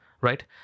right